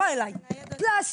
פלסטיק.